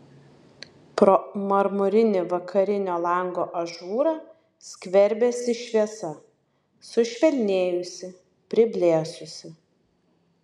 pro marmurinį vakarinio lango ažūrą skverbėsi šviesa sušvelnėjusi priblėsusi